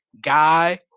guy